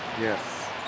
Yes